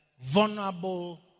Vulnerable